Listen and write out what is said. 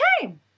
time